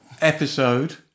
Episode